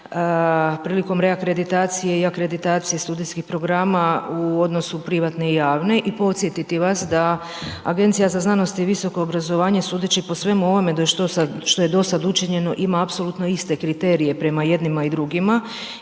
prilikom reakreditacije i akreditacije studentskih programa u odnosu privatne i javne, i podsjetiti vas da Agencija za znanost i visoko obrazovanje, sudeći po svemu ovome što je do sad učinjeno, ima apsolutno iste kriterije prema jednima i drugima,